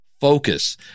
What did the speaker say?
focus